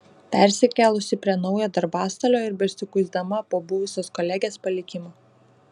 persikėlusi prie naujo darbastalio ir besikuisdama po buvusios kolegės palikimą